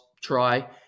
Try